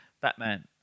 Batman